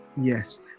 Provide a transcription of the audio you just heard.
Yes